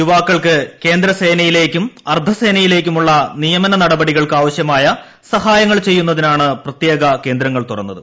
യുവാക്കൾക്ക് കേന്ദ്ര സേനയി ലേക്കും അർദ്ധസേനയിലേക്കുമു്ള നീയമന നടപടികൾക്ക് ആവശ്യ മായി സഹായങ്ങൾ ചെയ്യുസ്ത്രിനായാണ് പ്രത്യേക കേന്ദ്രങ്ങൾ തുറന്നത്